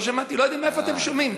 לא יודע מאיפה אתם שומעים.